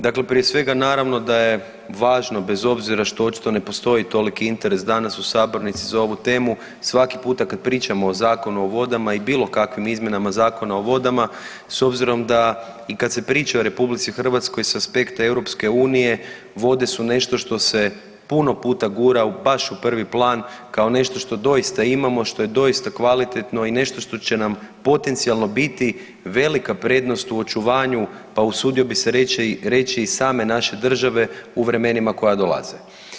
Dakle, prije svega naravno da je važno bez obzira što očito ne postoji toliki interes danas u sabornici za ovu temu svaki puta kad pričamo o Zakonu o vodama i bilo kakvim izmjenama Zakona o vodama s obzirom i da kad se priča o RH sa aspekta EU vode su nešto što se puno puta gura baš u prvi plan kao nešto što doista imamo, što je doista kvalitetno i nešto što će nam potencijalno biti velika prednost u očuvanju pa usudio bi se reći i same naše države u vremenima koja dolaze.